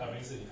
um